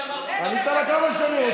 דוד, עושה מה שאמרתי, אני אתן לה כמה שאני רוצה.